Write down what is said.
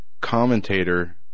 commentator